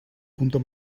punto